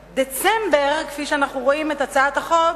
ובדצמבר, כפי שאנחנו רואים בהצעת החוק,